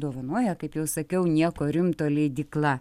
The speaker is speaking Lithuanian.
dovanoja kaip jau sakiau nieko rimto leidykla